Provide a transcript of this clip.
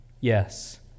Yes